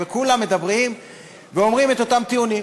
וכולם מדברים ואומרים את אותם טיעונים.